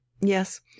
Yes